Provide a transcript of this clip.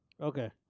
Okay